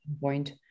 point